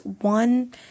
one